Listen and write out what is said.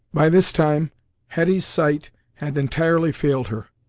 by this time hetty's sight had entirely failed her.